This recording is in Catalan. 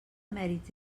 mèrits